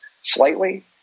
slightly